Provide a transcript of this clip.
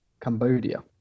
Cambodia